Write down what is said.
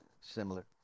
similar